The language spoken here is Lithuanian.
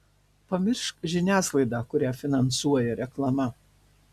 pamiršk žiniasklaidą kurią finansuoja reklama